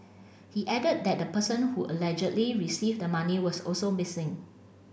he added that the person who allegedly received the money was also missing